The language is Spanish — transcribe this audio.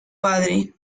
padre